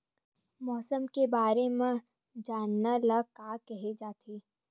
मौसम के बारे म जानना ल का कहे जाथे?